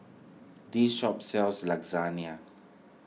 this shop sells Lasagna